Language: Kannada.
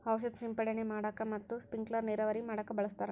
ಔಷದ ಸಿಂಡಣೆ ಮಾಡಾಕ ಮತ್ತ ಸ್ಪಿಂಕಲರ್ ನೇರಾವರಿ ಮಾಡಾಕ ಬಳಸ್ತಾರ